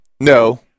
no